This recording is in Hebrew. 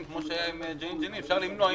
כמו שהיה עם "ג'נין ג'נין" אפשר למנוע את